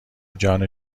جان